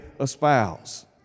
espouse